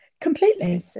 completely